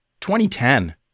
2010